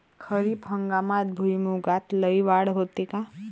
खरीप हंगामात भुईमूगात लई वाढ होते का?